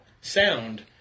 sound